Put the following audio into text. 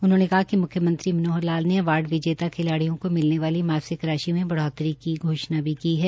उन्होंने कहा कि मुख्यमंत्री मनोहर लाल ने अवार्ड विजेता खिलाडियों को मिलने वाली मासिक राशि में बढ़ोतरी की घोषणा भी की है